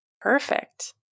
Perfect